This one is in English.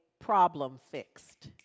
problem-fixed